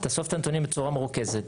תאסוף את הנתונים בצורה מרוכזת.